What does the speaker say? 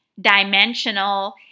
dimensional